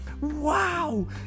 Wow